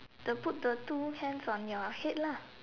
the put the two hands on your head lah